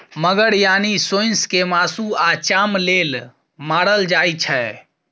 मगर यानी सोंइस केँ मासु आ चाम लेल मारल जाइ छै